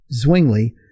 Zwingli